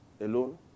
alone